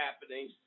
happening